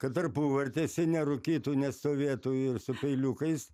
kad tarpuvartėse nerūkytų nestovėtų ir su peiliukais